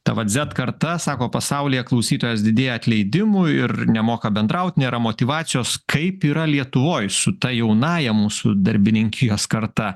ta vat zet karta sako pasaulyje klausytojas didėja atleidimų ir nemoka bendraut nėra motyvacijos kaip yra lietuvoj su ta jaunąja mūsų darbininkijos karta